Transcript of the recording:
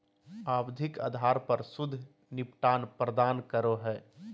आवधिक आधार पर शुद्ध निपटान प्रदान करो हइ